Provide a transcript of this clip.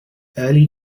early